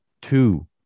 two